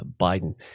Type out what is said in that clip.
Biden